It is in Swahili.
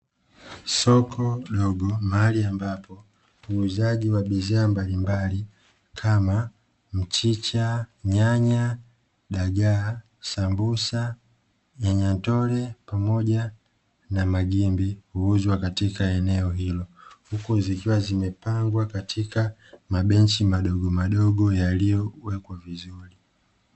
Soko dogo mahali ambapo uuzaji wa bidhaa mbalimbali kama: mchicha, nyanya, dagaa, sambusa, nyanyatole, pamoja na magimbi huuzwa katika eneo hilo, huku zikiwa zimepangwa katika mabenchi madogomadogo yaliyowekwa vizuri.